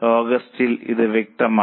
ഓഗസ്റ്റിൽ ഇത് വ്യത്യസ്തമാണ്